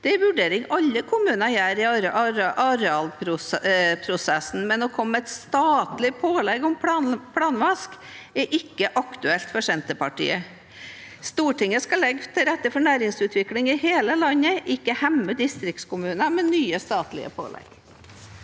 Det er en vurdering alle kommuner gjør i arealprosessen, men å komme med et statlig pålegg om planvask er ikke aktuelt for Senterpartiet. Stortinget skal legge til rette for næringsutvikling i hele landet, ikke hemme distriktskommuner med nye statlige pålegg.